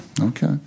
Okay